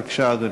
בבקשה, אדוני.